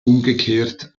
umgekehrt